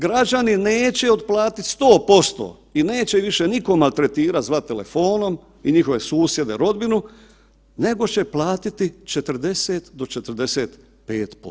Građani neće otplatiti 100% i neće ih više nitko maltretirat i zvat telefonom i njihove susjede, rodbinu nego će platiti 40 do 45%